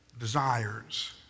desires